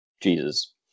Jesus